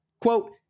quote